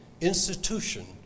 institution